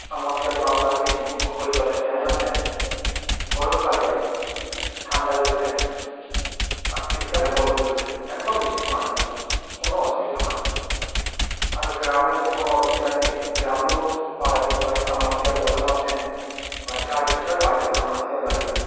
submersible pump লাগিয়েছি ওপরে জলের ট্যাঙ্ক আছে গরমকালে ঠাণ্ডা জল ওঠে আর শীতকালে গরম জল ওঠে একদম মিষ্টি পানীয় জল কোনও অসুবিধা হয় না আর গ্রামেও তো কোনও অসুবিধাই নেই গ্রামেও পাড়ায় পাড়ায় সাবমারসিব্ল বসানো আছে ওই যার ইচ্ছা হয় বাড়িতে সাবমারসিব্ল লাগিয়ে নেয়